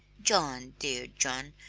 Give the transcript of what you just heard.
john, dear john,